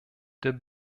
der